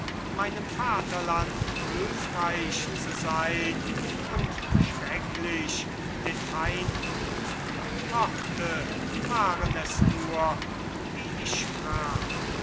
meinem vaterland hülfreich zu sein und schrecklich den feinden worte waren es nur die ich sprach